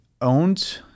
owned